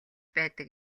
байдаг